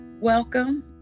welcome